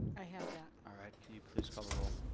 i have that. alright, can you please call the roll?